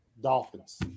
Dolphins